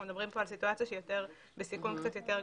אנחנו מדברים פה על סיטואציה שהיא בסיכון קצת יותר גבוה.